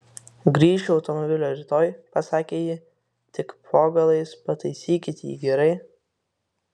grįšiu automobilio rytoj pasakė ji tik po galais pataisykit jį gerai